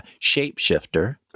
shapeshifter